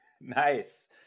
Nice